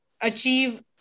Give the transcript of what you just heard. achieve